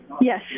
Yes